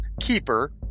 Keeper